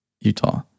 Utah